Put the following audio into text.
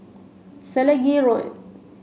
Selegie Road